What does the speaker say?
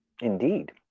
Indeed